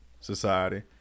society